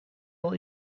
wel